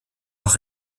auch